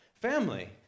family